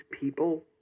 people